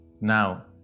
Now